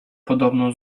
podobno